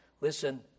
listen